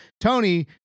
Tony